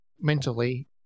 mentally